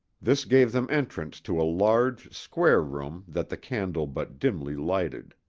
this gave them entrance to a large, square room that the candle but dimly lighted.